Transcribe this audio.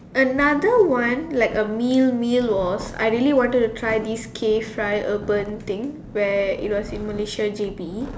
another one like a meal meal was I really wanted to try this K fry urban thing where it was in Malaysia J_B